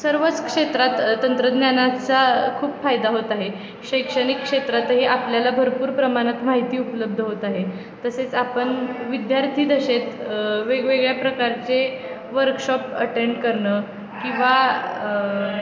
सर्वच क्षेत्रात तंत्रज्ञानाचा खूप फायदा होत आहे शैक्षणिक क्षेत्रातही आपल्याला भरपूर प्रमाणात माहिती उपलब्ध होत आहे तसेच आपण विद्यार्थीदशेत वेगवेगळ्या प्रकारचे वर्कशॉप अटेंड करणं किंवा